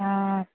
ہاں